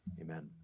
amen